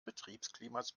betriebsklimas